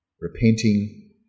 repenting